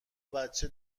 بچه